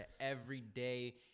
everyday